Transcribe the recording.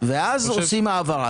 ואז עושים העברה.